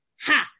Ha